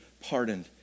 pardoned